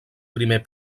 primes